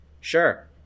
Sure